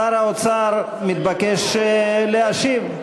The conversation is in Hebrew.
שר האוצר מתבקש להשיב.